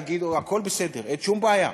תגידו, הכול בסדר, אין שום בעיה.